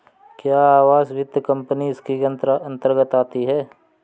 क्या आवास वित्त कंपनी इसके अन्तर्गत आती है?